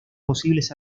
posibles